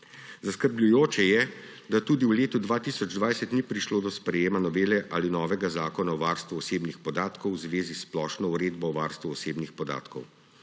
Zaskrbljujoče je, da tudi v letu 2020 ni prišlo do sprejetja novele ali novega zakona o varstvu osebnih podatkov v zvezi s Splošno uredbo o varstvu osebnih podatkov.